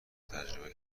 تجربه